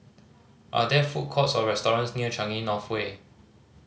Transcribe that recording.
are there food courts or restaurants near Changi North Way